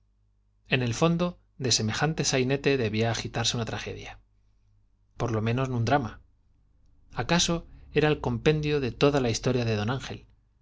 en el fondo de semejante sainete debía agitarse una tragedia por lo menos un drama acaso era en compendio toda la historia de d ángel